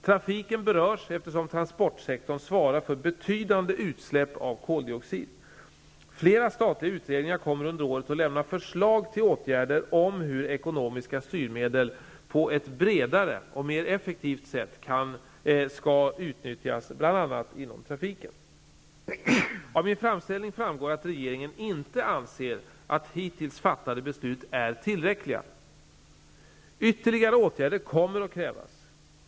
Trafiken berörs eftersom transportsektorn svarar för betydande utsläpp av koldioxid. Flera statliga utredningar kommer under året att lämna förslag till åtgärder om hur ekonomiska styrmedel på ett bredare och mer effektivt sätt skall utnyttjas bl.a. Av min framställning framgår att regeringen inte anser att hittills fattade beslut är tillräckliga. Ytterligare åtgärder kommer att krävas.